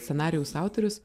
scenarijaus autorius